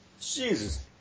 Jesus